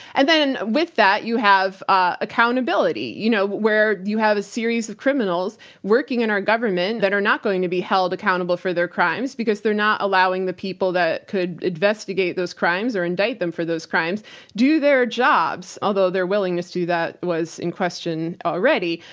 and then with that you have ah accountability, you know, where you have a series of criminals working in our government that are not going to be held accountable for their crimes, because they're not allowing the people that could investigate those crimes or indict them for those crimes do their jobs, although their willingness to do that was in question already.